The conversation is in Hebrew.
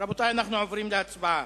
רבותי, אנו עוברים להצבעה.